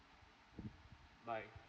bye